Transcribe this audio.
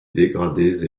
dégradées